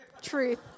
truth